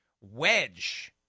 wedge